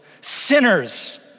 Sinners